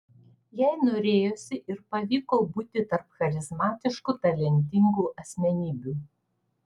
jai norėjosi ir pavyko būti tarp charizmatiškų talentingų asmenybių